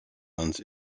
islands